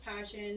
passion